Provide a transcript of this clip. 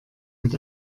mit